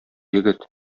егет